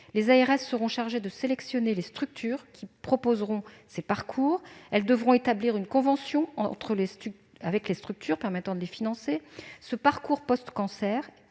Les ARS seront chargées de sélectionner les structures qui proposeront ces parcours et devront établir une convention avec elles, afin de permettre leur financement. Ce parcours post-cancer